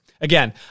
Again